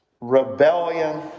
rebellion